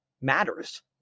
matters